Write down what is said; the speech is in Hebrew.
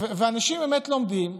ואנשים באמת לומדים.